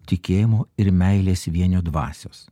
tikėjimo ir meilės vienio dvasios